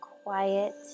quiet